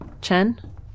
Chen